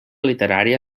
literària